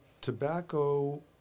tobacco